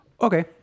Okay